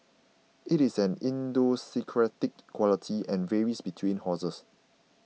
it is an idiosyncratic quality and varies between horses